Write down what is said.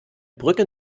brücke